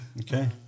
okay